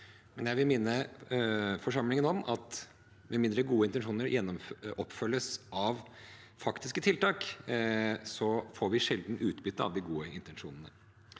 men jeg vil minne forsamlingen om at med mindre gode intensjoner følges opp av faktiske tiltak, får vi sjelden utbytte av de gode intensjonene.